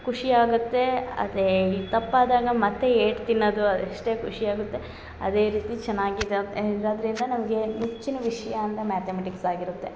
ಖುಷಿ ಆಗುತ್ತೆ ಅದೇ ಈ ತಪ್ಪಾದಾಗ ಮತ್ತು ಏಟು ತಿನ್ನೊದು ಅಷ್ಟೇ ಖುಷಿ ಆಗುತ್ತೆ ಅದೇ ರೀತಿ ಚೆನ್ನಾಗಿ ಇದ ಇರೋದರಿಂದ ನಮಗೆ ಮೆಚ್ಚಿನ ವಿಷಯ ಅಂತ ಮ್ಯಾತಮೆಟಿಕ್ಸ್ ಆಗಿರುತ್ತೆ